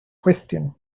question